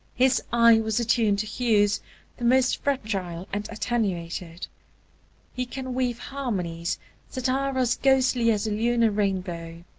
his eye was attuned to hues the most fragile and attenuated he can weave harmonies that are as ghostly as a lunar rainbow.